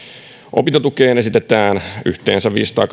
opintotukeen esitetään yhteensä